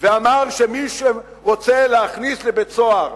ואמר שמי שרוצה להכניס לבית-סוהר,